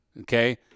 okay